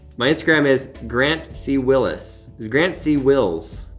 my instagram is grant c. willis, is grant c. wills.